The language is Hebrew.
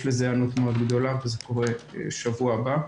יש לזה היענות מאד גדולה וזה קורה בשבוע הבא.